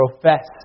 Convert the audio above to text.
profess